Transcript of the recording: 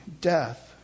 death